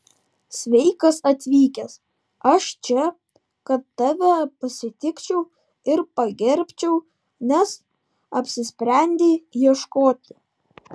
sveikas atvykęs aš čia kad tave pasitikčiau ir pagerbčiau nes apsisprendei ieškoti